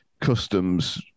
customs